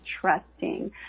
trusting